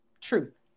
truth